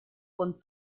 con